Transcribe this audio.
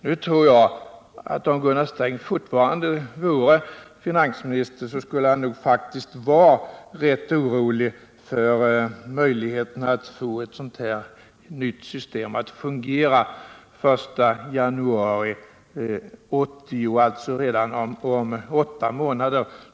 Jag tror att om Gunnar Sträng fortfarande vore finansminister skulle han faktiskt vara rätt orolig för att det inte skulle vara möjligt att få ett sådant nytt system att fungera den 1 januari 1980, alltså redan om tio månader.